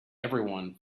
everyone